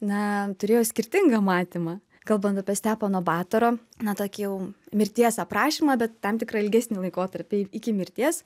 na turėjo skirtingą matymą kalbant apie stepono batoro na tokį jau mirties aprašymą bet tam tikrą ilgesnį laikotarpį iki mirties